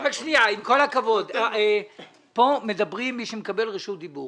שנייה, עם כל הכבוד, פה מדבר מי שמקבל רשות דיבור.